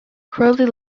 crowley